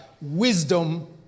wisdom